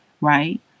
Right